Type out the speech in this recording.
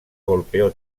golpeó